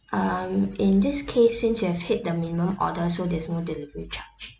um in this case since you have hit the minimum order so there's no delivery charge